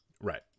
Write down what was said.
Right